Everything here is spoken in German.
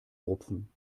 rupfen